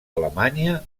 alemanya